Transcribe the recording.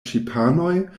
ŝipanoj